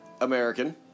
American